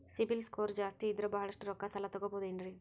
CIBIL score ಜಾಸ್ತಿ ಇದ್ರ ಬಹಳಷ್ಟು ರೊಕ್ಕ ಸಾಲ ತಗೋಬಹುದು ಏನ್ರಿ?